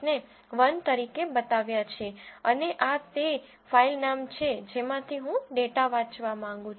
names ને 1 તરીકે બતાવ્યા છે અને આ તે ફાઇલ નામ છે જેમાંથી હું ડેટા વાંચવા માંગુ છું